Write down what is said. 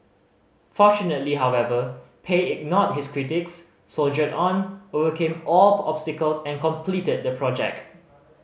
fortunately however Pei ignored his critics soldiered on overcame all obstacles and completed the project